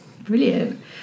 Brilliant